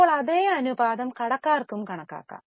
ഇപ്പോൾ അതേ അനുപാതം കടക്കാർക്കും കണക്കാക്കാം